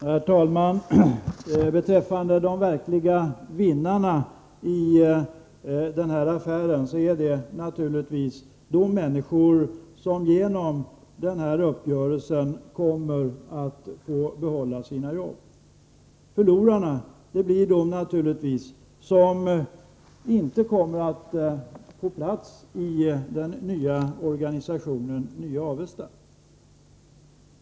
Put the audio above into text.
Herr talman! De verkliga vinnarna i den här affären är naturligtvis de människor som genom denna uppgörelse kommer att få behålla sina jobb. Förlorarna blir naturligtvis de som inte kommer att få plats i den nya organisationen, nya Avesta.